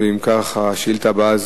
השאילתא הבאה,